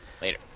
later